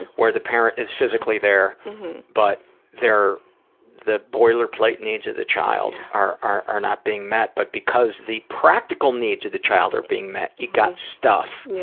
where the parent is physically there but they're the boilerplate needs of the child are are not being met, but because the practical needs of the child are being met you got stuff, yeah